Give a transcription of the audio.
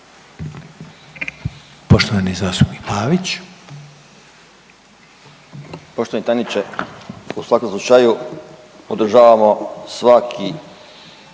Poštovani zastupnik Pavić.